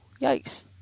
yikes